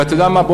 ואתה יודע מה?